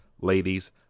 ladies